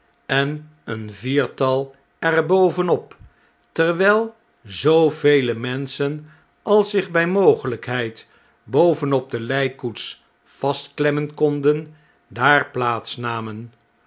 en een viertal er bovenop terwn'l zoovele menschen als zich bij mogelpheid boven opdelpkoets vastklemmen konden daar plaats namen